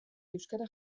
euskara